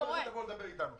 תבואו לדבר איתנו.